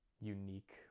unique